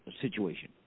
situation